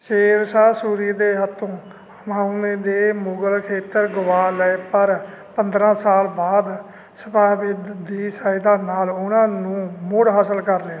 ਸ਼ੇਰ ਸ਼ਾਹ ਸੂਰੀ ਦੇ ਹੱਥੋਂ ਹਮਾਯੂੰ ਨੇ ਦੇ ਮੁਗ਼ਲ ਖੇਤਰ ਗੁਆ ਲਏ ਪਰ ਪੰਦਰ੍ਹਾਂ ਸਾਲ ਬਾਅਦ ਸਫਾਵਿਦ ਦੀ ਸਹਾਇਤਾ ਨਾਲ ਉਹਨਾਂ ਨੂੰ ਮੁੜ ਹਾਸਲ ਕਰ ਲਿਆ